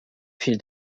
fil